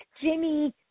Jimmy